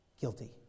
guilty